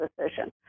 decision